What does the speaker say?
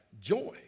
joy